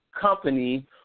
company